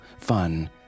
fun